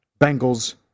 Bengals